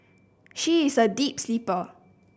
she is a deep sleeper